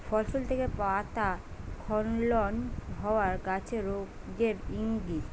ফসল থেকে পাতা স্খলন হওয়া গাছের রোগের ইংগিত